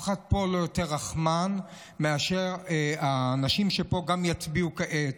אחד לא יותר רחמן מהאנשים אשר יצביעו כעת.